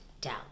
down